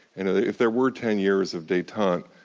if there were ten years of detente,